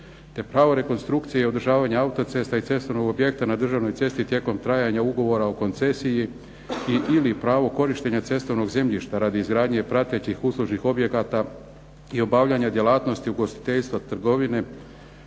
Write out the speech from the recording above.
te pravo rekonstrukcije i održavanja autocesta i cestovnog objekta na državnoj cesti tijekom trajanja ugovora o koncesiji i/ili pravo korištenja cestovnog zemljišta radi izgradnje pratećih uslužnih objekata i obavljanja djelatnosti ugostiteljstva, trgovine,